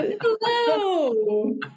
Hello